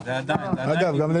זה הדבר הכי מועיל